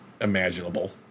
imaginable